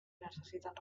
necessiten